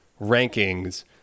rankings